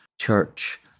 church